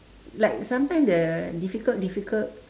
like sometime the difficult difficult